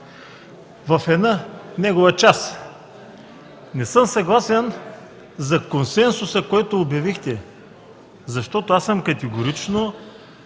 в една част. Не съм съгласен за консенсуса, който обявихте, защото категорично